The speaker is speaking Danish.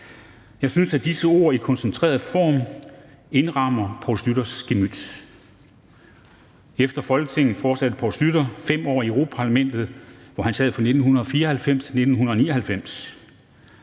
Jeg synes, at disse ord i koncentreret form indrammer Poul Schlüters gemyt. Efter Folketinget fortsatte Poul Schlüter 5 år i Europa-Parlamentet, hvor han sad fra 1994 til 1999.